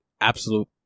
Absolute